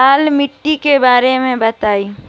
लाल माटी के बारे में बताई